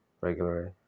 regularly